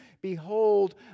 Behold